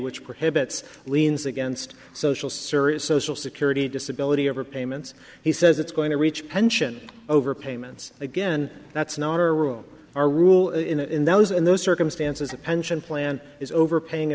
which prohibits liens against social serious social security disability overpayments he says it's going to reach pension overpayments again that's not a room or rule in those in those circumstances a pension plan is overpaying